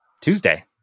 Tuesday